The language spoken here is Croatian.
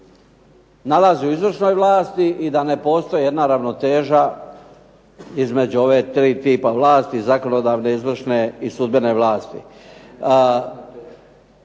nalazi u izvršnoj vlasti i da ne postoji jedna ravnoteža između ove tri tipa vlasti zakonodavne, izvršne i sudbene vlasti.